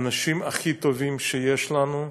האנשים הכי טובים שיש לנו,